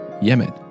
Yemen